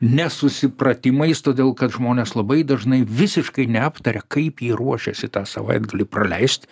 nesusipratimais todėl kad žmonės labai dažnai visiškai neaptaria kaip jie ruošiasi tą savaitgalį praleist